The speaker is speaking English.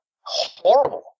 horrible